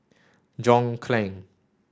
John Clang